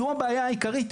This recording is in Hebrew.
זו הבעיה העיקרית.